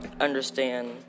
understand